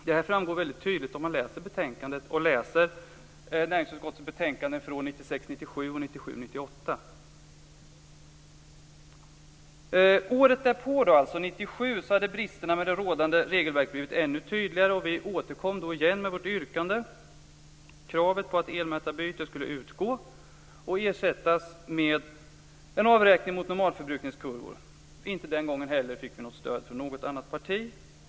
Det här framgår väldigt tydligt om man läser betänkandet och även näringsutskottets betänkanden från 1996 98. År 1997 hade bristerna med det rådande regelverket blivit ännu tydligare. Vi återkom då med vårt yrkande att kravet på elmätarbyte skulle utgå och ersättas med en avräkning mot normalförbrukningskurvor. Inte heller den gången fick vi något stöd från något annat parti.